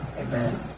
Amen